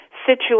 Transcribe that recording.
situation